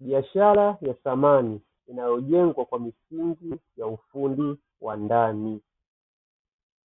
Biashara ya samani inayojengwa kwa ufundi wa ndani.